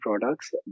products